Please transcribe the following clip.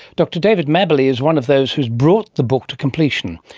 dr david mabberley is one of those who's brought the book to completion.